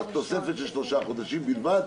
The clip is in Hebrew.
התוספת של שלושה חודשים בלבד.